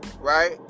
right